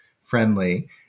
friendly